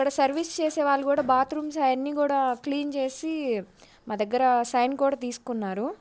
అక్కడ సర్వీస్ చేసే వాళ్ళు కూడా బాత్రూమ్స్ అవి అన్నీ కూడా క్లీన్ చేసి మా దగ్గర సైన్ కూడా తీసుకున్నారు